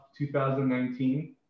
2019